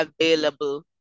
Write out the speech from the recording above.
available